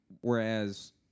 Whereas